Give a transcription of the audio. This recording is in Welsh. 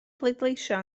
pleidleisio